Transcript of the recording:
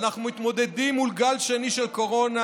ואנחנו מתמודדים מול גל שני של קורונה,